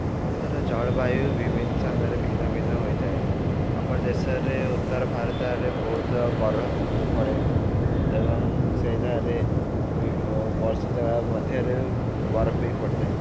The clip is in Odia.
ଭାରତର ଜଳବାୟୁ ବିଭିନ୍ନ ସ୍ଥାନରେ ଭିନ୍ନ ଭିନ୍ନ ହୋଇଥାଏ ଆମ ଦେଶରେ ଉତ୍ତର ଭାରତରେ ବହୁତ ବରଫ ପଡ଼େ ଏବଂ ସେଇ ଯାଗାରେ ବର୍ଷ ଜାକ ମଧ୍ୟରେ ବରଫ ବି ପଡ଼ିଥାଏ